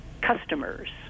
customers